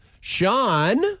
Sean